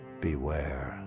Beware